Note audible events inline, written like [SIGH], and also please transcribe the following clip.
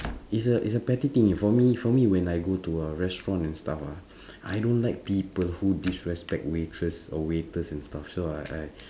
is a is a petty thing eh for me for me when I go to a restaurant and stuff ah [BREATH] I don't like people who disrespect waitress or waiters and staff so I I [BREATH]